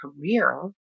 career